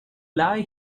lie